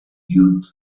youth